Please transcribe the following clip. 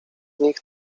nich